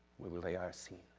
where we lay our scene.